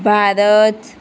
Bharat